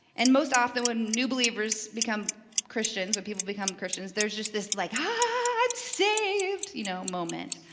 and most often, when new believers become christians, or people become christians, there's just this like ah i'm saved you know moment,